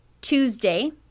Tuesday